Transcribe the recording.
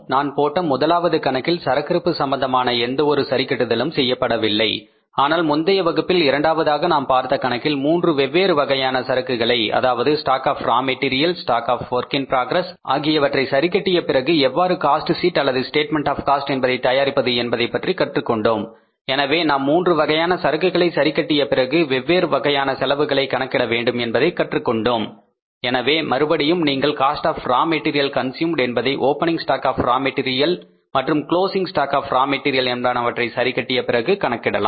நான் போட்ட முதலாவது கணக்கில் சரக்கிருப்பு சம்பந்தமான எந்த ஒரு சரிக்கட்டுதலும் செய்யவில்லை ஆனால் முந்தைய வகுப்பில் இரண்டாவதாக நாம் பார்த்த கணக்கில் 3 வெவ்வேறு வகையான சரக்குகளை அதாவது stock of raw material stock of WIP இது வொர்க் இன் ப்ரக்ரஸ் ஆகியவற்றை சரி கட்டிய பிறகு எவ்வாறு காஸ்ட் சீட் அல்லது ஸ்டேட்மெண்ட் ஆப் காஸ்ட் என்பதை தயாரிப்பது என்பதை பற்றி கற்றுக் கொண்டோம் எனவே நாம் மூன்று வகையான சரக்குகளை சரிகட்டிய பிறகு வெவ்வேறு வகையான செலவுகளை கணக்கிட வேண்டும் என்பதை கற்றுக் கொண்டோம் எனவே மறுபடியும் நீங்கள் cost app raw material consumed என்பதை opening stock of raw material மற்றும் closing stock of raw material என்பனவற்றை சரி கட்டிய பிறகு கணக்கிடலாம்